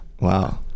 Wow